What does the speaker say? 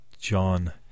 John